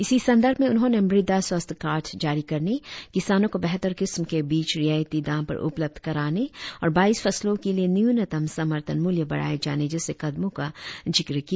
इसी संदर्भ में उन्होंने मृदा स्वास्थ्य कार्ड जारी करने किसानों को बेहतर किस्म के बीज रियायती दाम पर उपलब्ध कराने और बाईस फसलॊ के लिए न्यूनतम समर्थन मूल्य बढ़ाये जाने जैसे कदमों का जिक्र किया